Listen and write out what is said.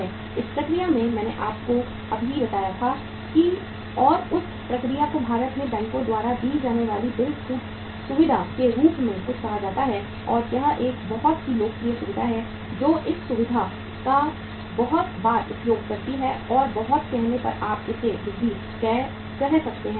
इस प्रक्रिया में मैंने अभी आपको बताया था और उस प्रक्रिया को भारत में बैंकों द्वारा दी जाने वाली बिल छूट सुविधा के रूप में कहा जाता है और यह एक बहुत ही लोकप्रिय सुविधा है जो इस सुविधा का बहुत बार उपयोग करती है और बहुत कहने पर आप इसे वृद्धि कह सकते हैं स्तर